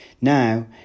Now